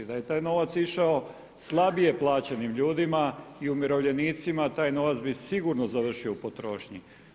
Da je taj novac išao slabije plaćenim ljudima i umirovljenicima taj novac bi sigurno završio u potrošnji.